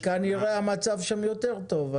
וכנראה המצב שם יותר טוב,